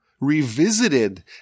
revisited